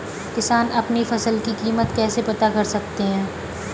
किसान अपनी फसल की कीमत कैसे पता कर सकते हैं?